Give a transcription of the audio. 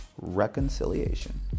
reconciliation